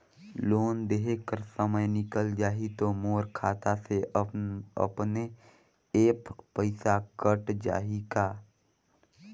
Loan देहे कर समय निकल जाही तो मोर खाता से अपने एप्प पइसा कट जाही का?